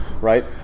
right